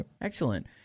Excellent